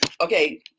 Okay